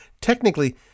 technically